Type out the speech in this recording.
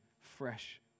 fresh